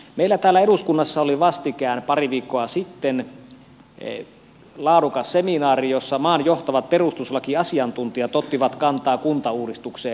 meillä täällä eduskunnassa oli vastikään pari viikkoa sitten laadukas seminaari jossa maan johtavat perustuslakiasiantuntijat ottivat kantaa kuntauudistukseen